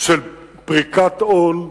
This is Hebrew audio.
של פריקת עול,